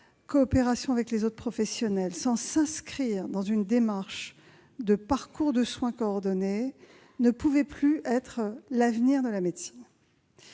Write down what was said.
coopération avec les autres professionnels », sans s'inscrire dans une démarche de parcours de soins coordonné ne peut plus être l'avenir de la médecine.